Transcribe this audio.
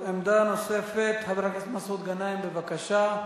עמדה נוספת, חבר הכנסת מסעוד גנאים, בבקשה.